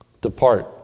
depart